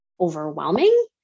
overwhelming